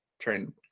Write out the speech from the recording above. Train